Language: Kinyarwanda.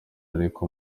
ariko